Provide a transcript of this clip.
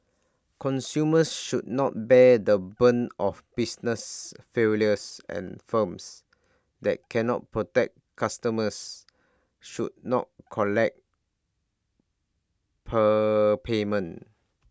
consumers should not bear the brunt of business failures and firms that cannot protect customers should not collect prepayment